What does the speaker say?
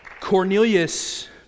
Cornelius